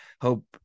Hope